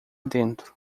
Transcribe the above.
dentro